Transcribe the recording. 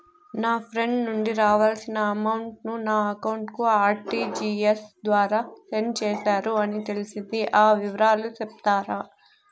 నా ఫ్రెండ్ నుండి రావాల్సిన అమౌంట్ ను నా అకౌంట్ కు ఆర్టిజియస్ ద్వారా సెండ్ చేశారు అని తెలిసింది, ఆ వివరాలు సెప్తారా?